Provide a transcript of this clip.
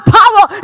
power